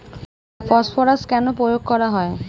Phosphorus কেন প্রয়োগ করা হয়?